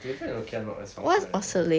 to be fair Nokia not very functional right now